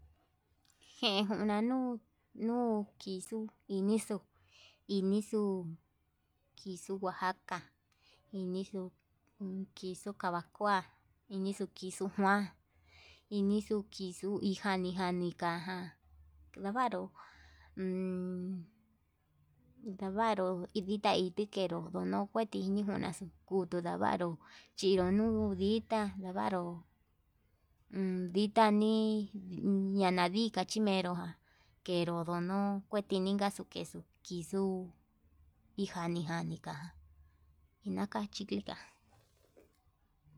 Jen kuna nuu nuu kixuu inixu inixu kixuu oaxaca, inixu kixuu kavakoa iñuu kixuu kuan inuxu kixuu ijani jani nikaján ndavaru ndavaru idita ini kenró, ndono kuei ndunaxu kutuu ndavaru chino nduu ditá ndavaru uun nditá nii ñanadika chí menró ja knedo ndono tininka kexuu kixuu ijani jani ka'a inaka chikika.